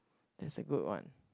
is a good one